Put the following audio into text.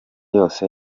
yose